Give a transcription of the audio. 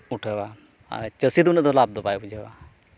ᱩᱴᱷᱟᱹᱣᱟ ᱟᱨ ᱪᱟᱹᱥᱤ ᱫᱚ ᱩᱱᱟᱹᱜ ᱫᱚ ᱞᱟᱵᱽ ᱫᱚ ᱵᱟᱭ ᱵᱷᱩᱸᱡᱟᱹᱣᱟ